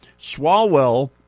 swalwell